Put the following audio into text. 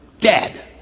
dead